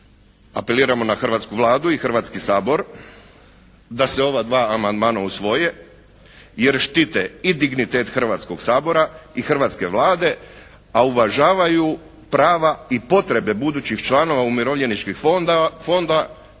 apeliramo na hrvatsku Vladu i Hrvatski sabor da se ova dva amandmana usvoje, jer štite i dignitet Hrvatskog sabora i hrvatske Vlade, a uvažavaju prava i potrebe budućih članova umirovljeničkih fondova,